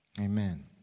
Amen